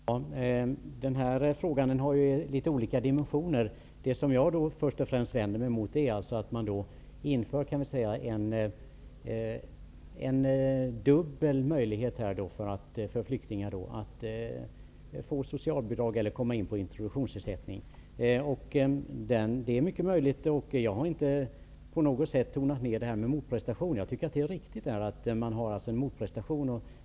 Herr talman! Den här frågan har ju litet olika dimensioner. Det som jag först och främst vänder mig mot är att man inför en dubbel möjlighet för flyktingar att få socialbidrag eller introduktionsersättning. Jag tycker att det är riktigt att det krävs en motprestation.